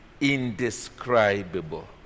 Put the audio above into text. indescribable